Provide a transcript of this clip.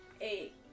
Eight